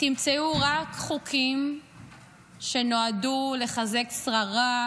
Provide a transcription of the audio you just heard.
תמצאו רק חוקים שנועדו לחזק שררה,